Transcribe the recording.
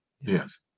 Yes